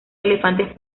elefantes